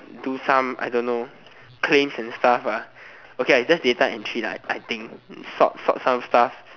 do some I don't know claims and stuff lah okay just data entry lah I think sort sort some stuff